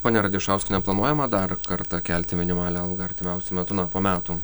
ponia radišauskiene planuojama dar kartą kelti minimalią algą artimiausiu metu na po metų